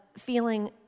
feeling